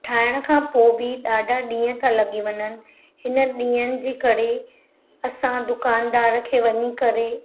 ठाहिण खां पोइ बि ॾाढा ॾींहं त लॻी वञनि हिन ॾींहंनि जे करे असां दुकानदार खे वञी करे